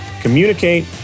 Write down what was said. communicate